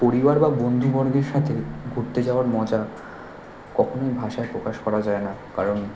পরিবার বা বন্ধুবর্গের সাথে ঘুরতে যাওয়ার মজা কখনোই ভাষায় প্রকাশ করা যায় না কারণ